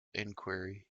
inquiry